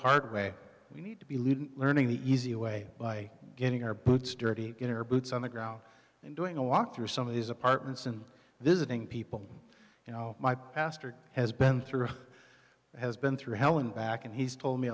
hard way we need to be learning the easy way by getting our boots dirty again or boots on the ground and doing a walk through some of these apartments and visiting people you know my pastor has been through has been through hell and back and he's told me